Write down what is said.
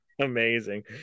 amazing